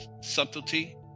subtlety